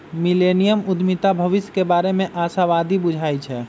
millennium उद्यमीता भविष्य के बारे में आशावादी बुझाई छै